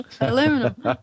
aluminum